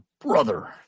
brother